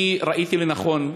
אני ראיתי לנכון,